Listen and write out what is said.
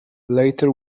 later